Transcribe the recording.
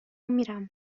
میرم